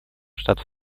штатов